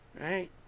right